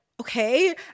okay